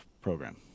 program